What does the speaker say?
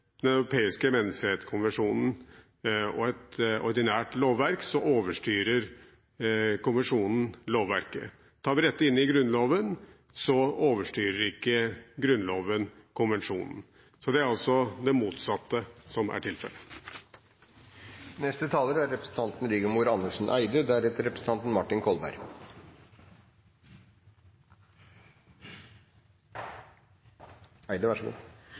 Den europeiske menneskerettskonvensjonen og et ordinært lovverk, overstyrer konvensjonen lovverket. Tar vi dette inn i Grunnloven, overstyrer ikke Grunnloven konvensjonen. Det er altså det motsatte som er tilfellet. Kristelig Folkeparti har i flere perioder foreslått endringer i Grunnloven om retten til liv. Retten til liv er